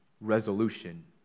resolution